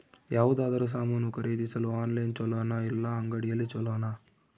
ಯಾವುದಾದರೂ ಸಾಮಾನು ಖರೇದಿಸಲು ಆನ್ಲೈನ್ ಛೊಲೊನಾ ಇಲ್ಲ ಅಂಗಡಿಯಲ್ಲಿ ಛೊಲೊನಾ?